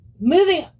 moving